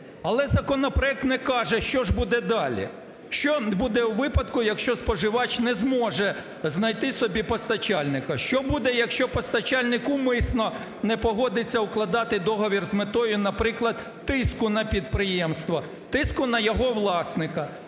Але законопроект не каже, що ж буде далі, що буде у випадку, якщо споживач не зможе знайти собі постачальника. Що буде, якщо постачальник умисно не погодиться укладати договір з метою, наприклад, тиску на підприємство, тиску на його власника.